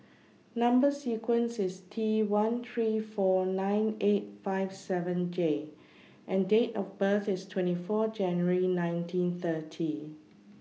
Number sequence IS T one three four nine eight five seven J and Date of birth IS twenty four January nineteen thirty